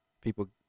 people